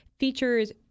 features